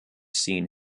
seen